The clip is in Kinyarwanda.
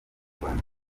rwanda